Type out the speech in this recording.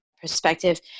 perspective